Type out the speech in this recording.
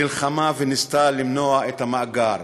נלחמה וניסתה למנוע את המאגר.